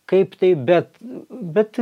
kaip tai bet bet